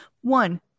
One